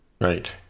Right